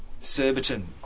Surbiton